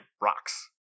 rocks